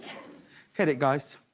hit it guys.